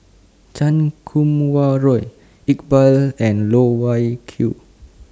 Chan Kum Wah Roy Iqbal and Loh Wai Kiew